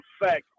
effect